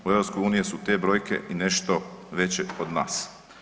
U EU su te brojke i nešto veće od nas.